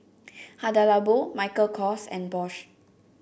Hada Labo Michael Kors and Bosch